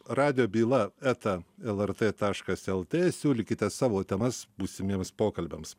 radijo byla eta lrt taškas lt siūlykite savo temas būsimiems pokalbiams